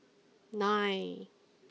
nine